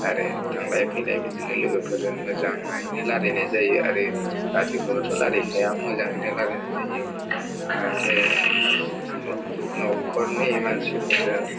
आरो थांलाय फैलाय बिदिनो लोगोफोरजों मोजाङैनो रायलायनाय जायो आरो गाज्रिखौथ' रायलायखाया मोजाङैनो रायलायनाय जायो आरो नखरनि मानसिफोरजों